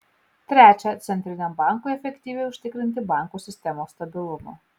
trečia centriniam bankui efektyviai užtikrinti bankų sistemos stabilumą